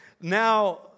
now